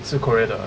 是 korea 的 ah